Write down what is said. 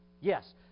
Yes